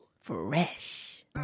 fresh